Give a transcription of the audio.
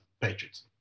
Patriots